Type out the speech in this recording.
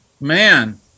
man